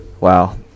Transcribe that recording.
Wow